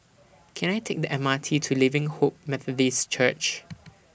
Can I Take The M R T to Living Hope Methodist Church